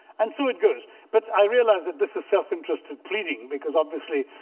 and so it goes. but i realise that this is self-interested pleading. because, obviously,